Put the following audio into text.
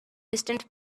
distant